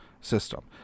system